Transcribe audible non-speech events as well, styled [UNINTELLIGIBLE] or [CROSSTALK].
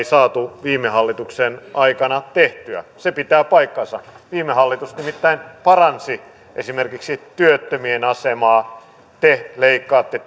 [UNINTELLIGIBLE] saatu viime hallituksen aikana tehtyä se pitää paikkansa viime hallitus nimittäin paransi esimerkiksi työttömien asemaa te leikkaatte [UNINTELLIGIBLE]